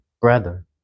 brother